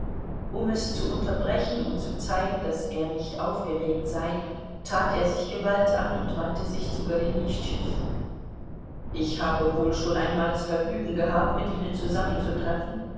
um es zu unterbrechen und zu zeigen daß er nicht aufgeregt sei tat er sich gewalt an und wandte sich zu golenischtschew ich habe wohl schon einmal das vergnügen gehabt mit ihnen